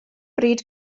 bryd